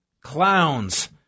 clowns